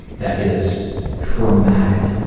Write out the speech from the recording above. that is traumatic,